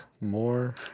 More